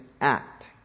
act